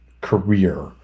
career